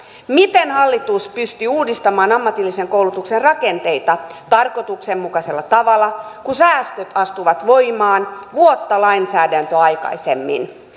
miten hallitus pystyy uudistamaan ammatillisen koulutuksen rakenteita tarkoituksenmukaisella tavalla kun säästöt astuvat voimaan vuotta lainsäädäntöä aikaisemmin